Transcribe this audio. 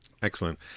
Excellent